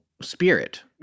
spirit